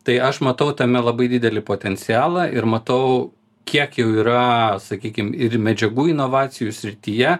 tai aš matau tame labai didelį potencialą ir matau kiek jau yra sakykim ir medžiagų inovacijų srityje